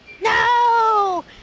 No